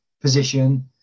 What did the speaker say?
position